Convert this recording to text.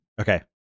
Okay